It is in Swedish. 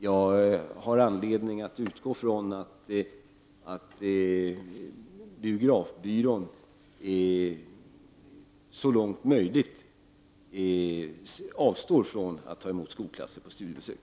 Jag har anledning att utgå från att biografbyrån så långt möjligt avstår från att ta emot skolklasser på studiebesök.